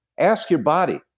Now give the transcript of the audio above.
ask your body.